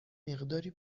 مقداری